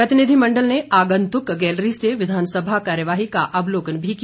प्रतिनिधिमंडल ने आगन्तुक गेलरी से विधानसभा कार्यवाही का अवलोकन भी किया